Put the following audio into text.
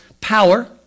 power